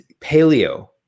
paleo